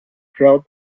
proud